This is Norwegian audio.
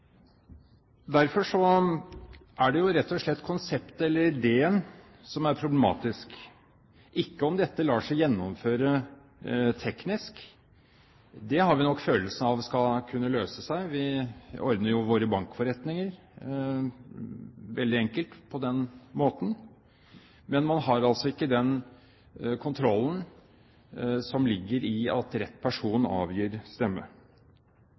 Det er rett og slett konseptet eller ideen som er problematisk, ikke om dette lar seg gjennomføre teknisk. Det har vi nok følelsen av skal kunne løse seg. Vi ordner våre bankforretninger veldig enkelt på den måten, men man har ikke den kontrollen som ligger i at rett person avgir stemme.